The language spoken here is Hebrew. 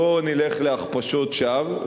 לא נלך להכפשות שווא.